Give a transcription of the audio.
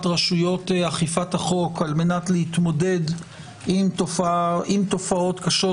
רשויות אכיפת החוק על מנת להתמודד עם תופעות קשות